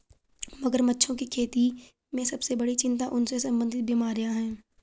मगरमच्छों की खेती में सबसे बड़ी चिंता उनसे संबंधित बीमारियां हैं?